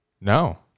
No